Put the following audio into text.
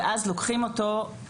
ואז לוקחים אותו,